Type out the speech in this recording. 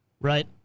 Right